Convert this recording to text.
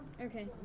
Okay